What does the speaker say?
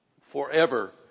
forever